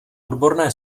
odborné